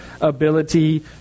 ability